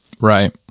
Right